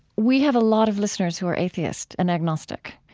we have a lot of listeners who are atheists and agnostic,